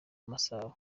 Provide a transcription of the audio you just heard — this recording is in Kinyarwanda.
masabo